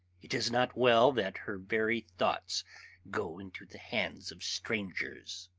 it is not well that her very thoughts go into the hands of strangers.